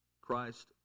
Christ